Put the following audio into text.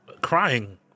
crying